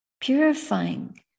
purifying